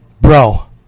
bro